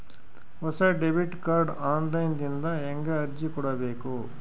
ಹೊಸ debit card online ದಿಂದ ಹೇಂಗ ಅರ್ಜಿ ಕೊಡಬೇಕು?